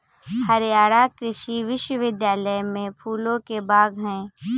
हरियाणा कृषि विश्वविद्यालय में फूलों के बाग हैं